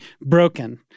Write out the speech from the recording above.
broken